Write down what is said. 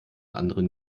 anderen